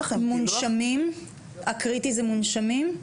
הקריטי זה מונשמים?